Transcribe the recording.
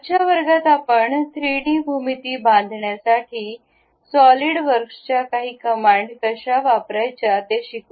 आजच्या वर्गात आपण 3D भूमिती बांधण्यासाठी सॉलिडवर्क्सच्या काही कमांड कशा वापरायच्या ते शिकू